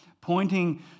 pointing